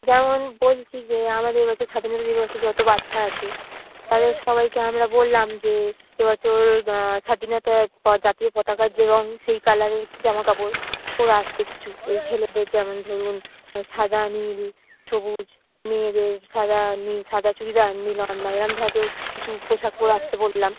যেমন বলছি যে আমাদের এ বছর স্বাধীনতা দিবসে যত বাচ্চা আছে তাদের সবাইকে আমরা বললাম যে এ বছর স্বাধীনতা পর জাতীয় পতাকার যে রঙ সেই কালারের জামা কাপড় পরে আসতে কিছু এই ছেলেদের যেমন ধরুন সাদা নীল সবুজ মেয়েদের সাদা নীল সাদা চুড়িদার নীল ওড়না এরম জাতীয় কিছু পোশাক পরে আসতে বললাম